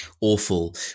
awful